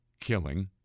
killing